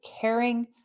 caring